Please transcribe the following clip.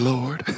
Lord